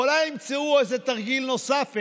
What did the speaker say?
אולי ימצאו איזה תרגיל נוסף,